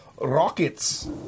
rockets